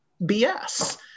BS